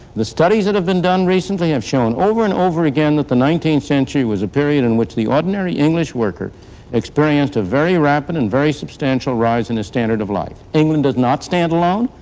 the studies that have been done recently have shown over and over again that the nineteenth century was a period in which the ordinary english worker experienced a very rapid and very substantial rise in his standard of life. england did not stand alone.